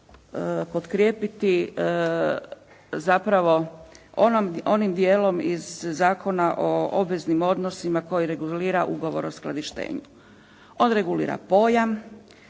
potkrijepiti zapravo onim dijelom iz Zakona o obveznim odnosima koji regulira Ugovor o skladištenju. On regulira pojam,